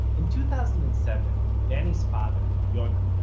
in two thousand and seven, danny's father, yonah,